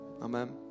Amen